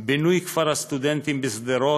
בינוי כפר הסטודנטים בשדרות,